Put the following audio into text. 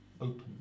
Open